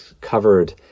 covered